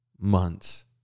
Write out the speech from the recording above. months